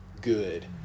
good